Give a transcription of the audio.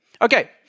Okay